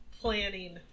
planning